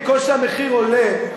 ככל שהמחיר עולה,